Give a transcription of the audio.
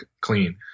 clean